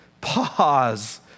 pause